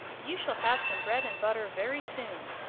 you shall have some bread and butter very soon.